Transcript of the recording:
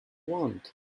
want